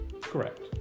Correct